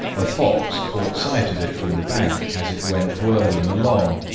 a fox caught sight of it from the bank as it went whirling along,